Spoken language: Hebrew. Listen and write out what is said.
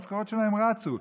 המשכורות שלהם רצו.